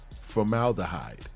formaldehyde